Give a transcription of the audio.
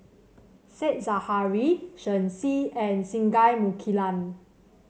Said Zahari Shen Xi and Singai Mukilan